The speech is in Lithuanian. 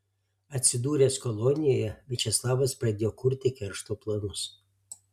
atsidūręs kolonijoje viačeslavas pradėjo kurti keršto planus